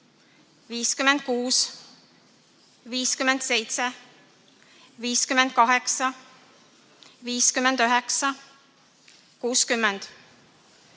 56, 57, 58, 59, 60,